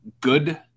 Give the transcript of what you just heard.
good